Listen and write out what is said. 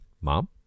mom